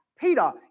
Peter